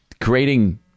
creating